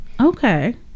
Okay